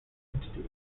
entities